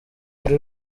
buri